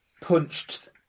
punched